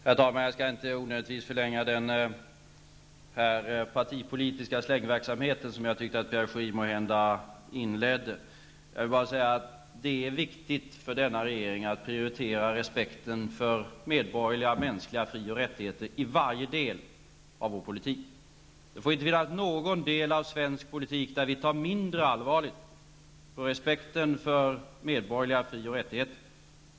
Herr talman! Jag skall inte förlänga den här partipolitiska släggverksamheten som jag tyckte att Pierre Schori måhända inledde. Jag vill bara säga att det är viktigt för denna regering att prioritera respekten för medborgerliga mänskliga fri och rättigheter i varje del av vår politik. Det får inte finnas någon del av svensk politik där vi tar mindre allvarligt på respekten för medborgerliga fri och rättigheter.